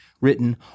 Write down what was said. written